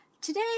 Today